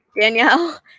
Danielle